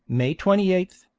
may twenty eight,